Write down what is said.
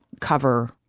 cover